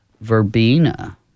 verbena